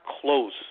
close